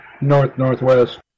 north-northwest